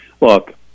Look